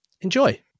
enjoy